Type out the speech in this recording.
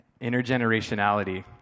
intergenerationality